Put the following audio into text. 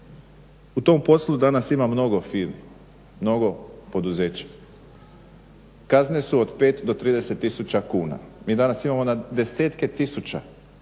U tom poslu danas ima mnogo firmi, mnogo poduzeća, kazne su od pet do 30 tisuća kuna. Mi danas imamo na desetke tisuća